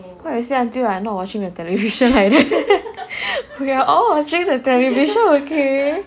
why you say until like I not watching the television like that we are all watching the television okay